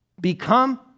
Become